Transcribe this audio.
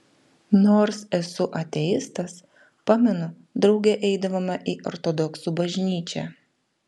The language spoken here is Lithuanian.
nors esu ateistas pamenu drauge eidavome į ortodoksų bažnyčią